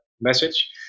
message